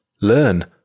Learn